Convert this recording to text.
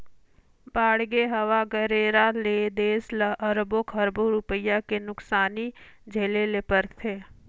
बाड़गे, हवा गरेरा ले देस ल अरबो खरबो रूपिया के नुकसानी झेले ले परथे